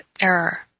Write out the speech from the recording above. error